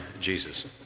Jesus